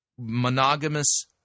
monogamous